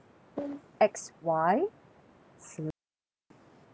X Y slash